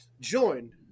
Joined